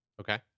Okay